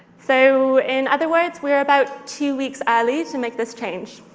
so in other words, we were about two weeks early to make this change.